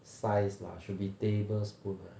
size lah should be tablespoon right